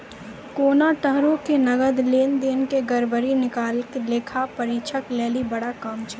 कोनो तरहो के नकद लेन देन के गड़बड़ी निकालनाय लेखा परीक्षक लेली बड़ा काम छै